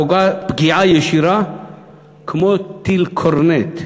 פוגעות פגיעה ישירה כמו טיל "קורנט"